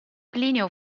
plinio